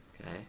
okay